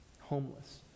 homeless